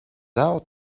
out